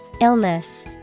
Illness